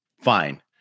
Fine